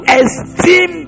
esteem